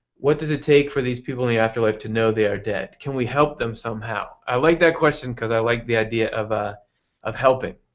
what does it take for these people in the afterlife to know they are dead? can we help them somehow? i like that question because i like the idea of ah of helping.